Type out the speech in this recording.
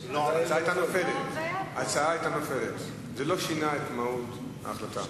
זה לא שינה את מהות ההחלטה.